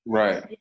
right